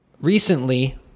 recently